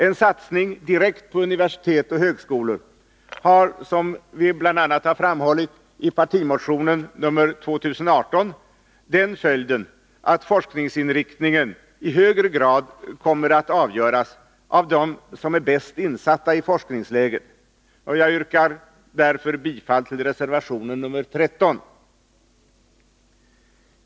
En satsning direkt på universitet och högskolor har, som framhålls i den moderata partimotionen 2018, bl.a. den följden att forskningsinriktningen i högre grad kommer att avgöras av dem som är bäst insatta i forskningsläget. Jag yrkar därför bifall till reservation nr 13.